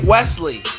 Wesley